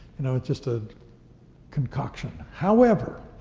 you know, it's just a concoction, however,